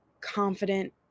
confident